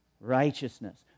Righteousness